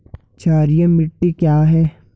क्षारीय मिट्टी क्या है?